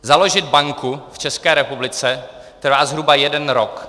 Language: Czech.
Založit banku v České republice trvá zhruba jeden rok.